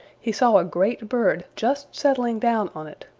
he saw a great bird just settling down on it.